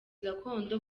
gakondo